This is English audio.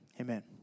Amen